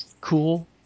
cool